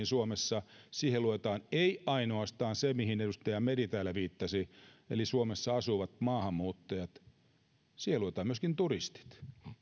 suomessa siihen ei lueta ainoastaan niitä mihin edustaja meri täällä viittasi eli suomessa asuvia maahanmuuttajia vaan siihen luetaan myöskin turistit